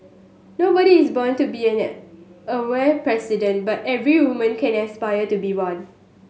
nobody is born to be an aware president but every woman can aspire to be one